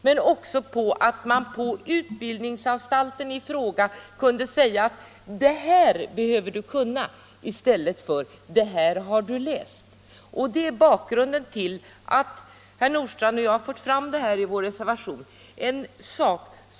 Och samtidigt borde man på utbildningsanstalten i fråga kunna säga: Det här behöver du kunna, i stället för: Det här skall du läsa. Detta är bakgrunden till att herr Nordstrandh och jag fört fram det här i vår reservation.